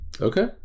Okay